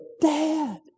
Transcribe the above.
dad